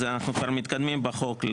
אנחנו כבר מתקדמים בחוק,